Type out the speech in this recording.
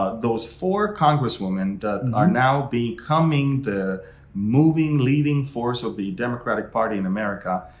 ah those four congresswoman that are now becoming the moving leaving force of the democratic party in america.